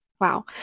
Wow